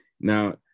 Now